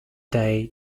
day